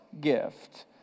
gift